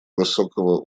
высокого